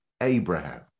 Abraham